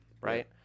right